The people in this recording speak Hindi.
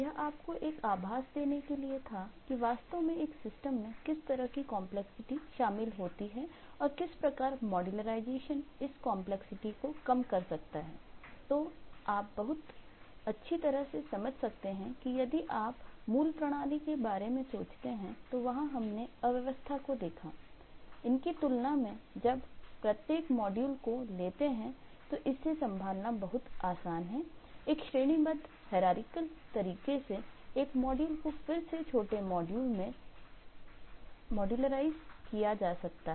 यह आपको केवल एक आभास देने के लिए था की वास्तव में एक सिस्टम तरीके से एक मॉड्यूल को फिर से छोटे मॉड्यूल में मॉड्यूलराई किया जा सकता है